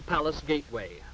the palace gateway